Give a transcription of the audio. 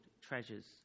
treasures